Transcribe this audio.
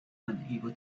unable